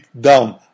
down